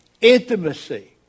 Intimacy